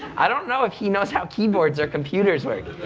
i don't know if he knows how keyboards or computers work.